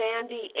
Sandy